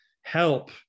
help